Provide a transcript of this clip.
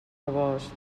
rebost